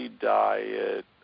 diet